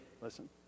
listen